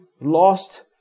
lost